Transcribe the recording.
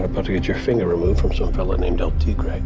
ah but get your finger removed from some fella named el tigre.